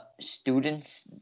students